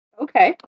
Okay